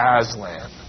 Aslan